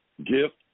Gift